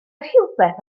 rhywbeth